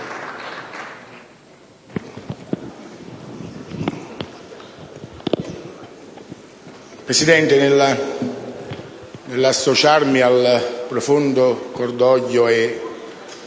Presidente, vorrei associarmi al profondo cordoglio e